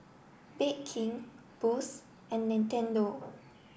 Bake King Boost and Nintendo